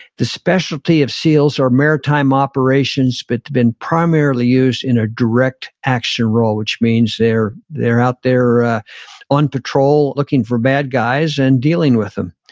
the specialty of seals are maritime operations, but it's been primarily used in a direct action role, which means they're they're out there ah on patrol looking for bad guys and dealing with them